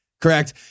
correct